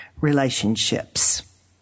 relationships